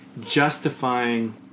justifying